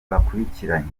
bakurikiranye